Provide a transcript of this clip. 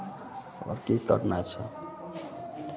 आओर की करनाइ छै